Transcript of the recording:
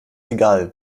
egal